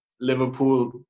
Liverpool